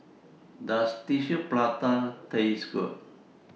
Does Tissue Prata Taste Good